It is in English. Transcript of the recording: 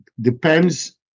depends